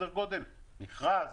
מכרז,